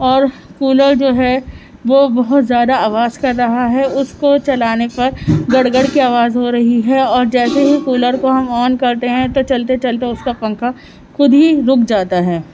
اور کولر جو ہے وہ بہت زیادہ آواز کر رہا ہے اُس کو چلانے پر گڑ گڑ کی آواز ہو رہی ہے اور جیسے ہی کولر کو ہم آن کرتے ہیں تو چلتے چلتے اُس کا پنکھا خود ہی رُک جاتا ہے